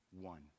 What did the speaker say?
one